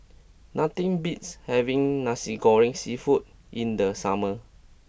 nothing beats having Nasi Goreng seafood in the summer